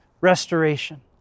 restoration